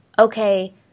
okay